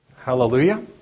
Hallelujah